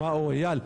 או אייל.